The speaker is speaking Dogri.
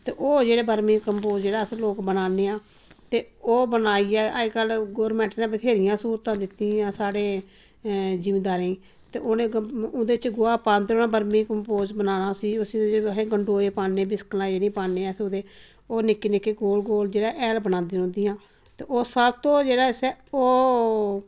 ते ओह् जेह्ड़़े बर्मी कम्पोज्ड जेह्ड़ा अस लोग बनान्ने आं ते ओह् बनाइयै अज्ज कल्ल गौरमैंट नै बथ्हेरियां स्हूलतां दित्ती दियां साढ़े जिमींदारें गी ते औने ओह्दे च गोहा पांदे रौहन बर्मी कम्पोज्ड बनाना उसी उसी उदे च अहें गंडोए पाने बिस्कलां जेहड़ियां पान्ने आं अस उदे ओह् निकके निक्के गोल गोल जेह्ड़ा हैल बनांदियां ते ओह् सबतूं जेह्ड़ा अस ओह्